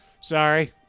sorry